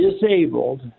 disabled